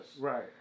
Right